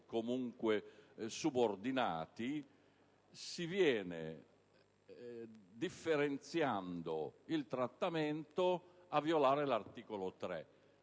comunque subordinati, differenziando il trattamento si viola l'articolo 3